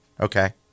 Okay